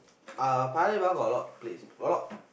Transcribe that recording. uh Paya-Lebar got a lot place got a lot